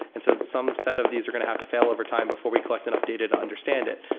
and so some set of these are going to have to fail over time before we collect enough data to understand it.